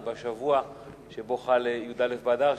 אלא בשבוע שבו חל י"א באדר,